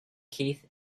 keith